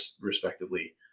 respectively